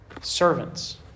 Servants